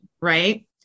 Right